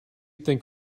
think